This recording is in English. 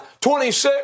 26